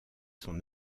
son